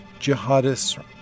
jihadists